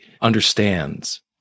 understands